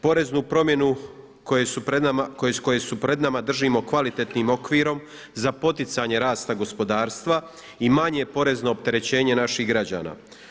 Porezne promjene koje su pred nama držimo kvalitetnim okvirom za poticanje rasta gospodarstva i manje porezno opterećenje naših građana.